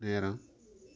நேரம்